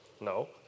No